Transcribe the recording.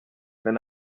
wenn